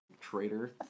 traitor